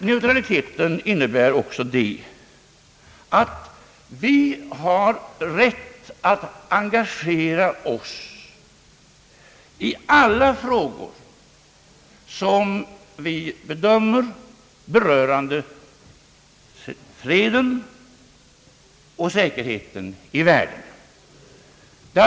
Neutraliteten innebär också att vi har rätt att engagera oss i alla frågor som enligt vad vi bedömer berör freden och säkerheten i världen.